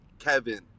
Kevin